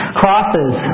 crosses